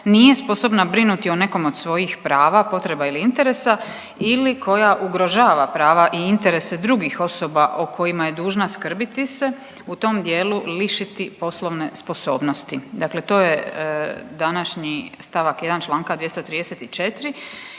nije sposobna brinuti o nekom od svojih prava, potreba ili interesa ili koja ugrožava prava i interese drugih osoba o kojima je dužna skrbiti se u tom dijelu lišiti poslovne sposobnosti.“ Dakle, to je današnji stavak 1. članka 234.